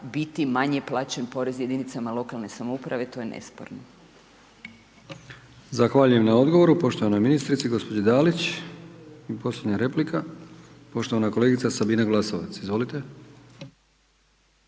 biti manje plaćen porez jedinicama lokalne samouprave, to je nesporno.